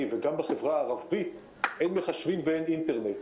הרב חיים ביטון נמצא אתנו.